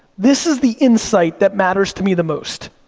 this is the insight that matters to me the most.